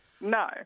No